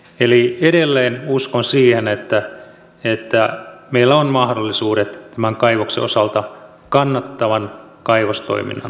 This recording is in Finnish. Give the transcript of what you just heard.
eli edelleen uskon siihen että meillä on mahdollisuudet tämän kaivoksen osalta kannattavan kaivostoiminnan jatkumiseen